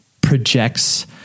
projects